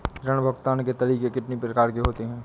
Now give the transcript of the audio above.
ऋण भुगतान के तरीके कितनी प्रकार के होते हैं?